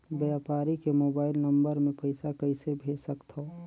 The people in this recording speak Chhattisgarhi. व्यापारी के मोबाइल नंबर मे पईसा कइसे भेज सकथव?